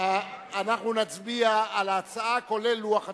אנחנו נצביע על ההצעה כולל לוח התיקונים.